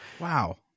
Wow